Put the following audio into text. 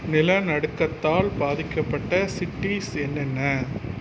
நிலநடுக்கத்தால் பாதிக்கப்பட்ட சிட்டிஸ் என்னென்ன